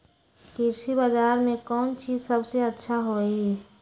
कृषि बजार में कौन चीज सबसे अच्छा होई?